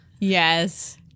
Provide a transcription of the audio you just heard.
Yes